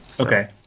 Okay